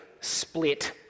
split